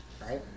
Right